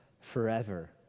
forever